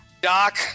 Doc